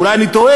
אולי אני טועה,